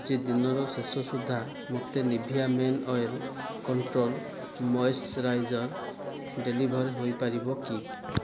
ଆଜି ଦିନର ଶେଷ ସୁଦ୍ଧା ମୋତେ Nivea men oil control moisturiser deliver ହୋଇପାରିବ କି